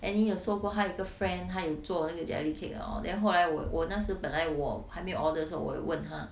annie 有说过她有一个 friend 她有做那个 jelly cake hor then 后来我我那时本来我还没有 order 的时候我有问她